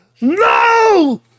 No